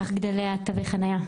כך גודל תגי החניה.